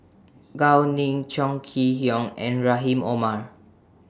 Gao Ning Chong Kee Hiong and Rahim Omar